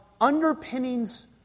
underpinnings